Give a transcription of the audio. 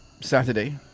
Saturday